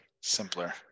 Simpler